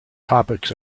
topics